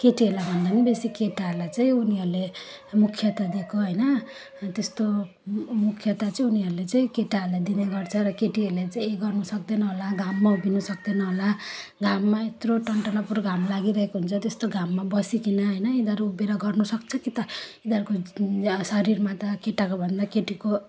केटीहरूलाई भन्दा नि बेसी केटाहरूलाई चाहिँ उनीहरूले मुख्यता दिएको हैन त्यस्तो मुख्यता चाहिँ उनीहरूले चाहिँ केटाहरूलाई दिनेगर्छ र केटीहरूले चाहिँ यो गर्न सक्दैन होला घाममा उभिन सक्दैन होला घाममा यत्रो टन्टलापुर घाम लागिरहेको हुन्छ त्यस्तो घाममा बसीकन हैन यिनीहरू उभिएर गर्न सक्छ के त यिनीहरूको त शरीरमा त केटाको भन्दा केटीको